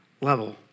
level